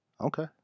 Okay